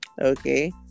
Okay